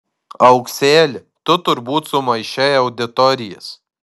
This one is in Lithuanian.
aukseli tu turbūt sumaišei auditorijas